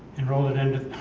and rolled it under